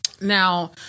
Now